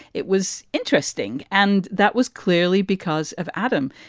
it was interesting. and that was clearly because of adam.